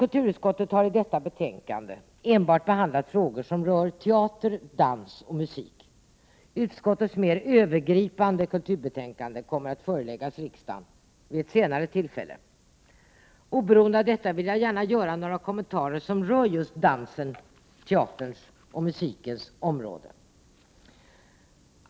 Kulturutskottet har i detta betänkande enbart behandlat frågor som rör teater, dans och musik. Utskottets mer övergripande kulturbetänkande kommer att föreläggas riksdagen vid ett senare tillfälle. Oberoende av detta vill jag gärna göra några kommentarer som rör just dansens, teaterns och musikens område.